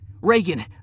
Reagan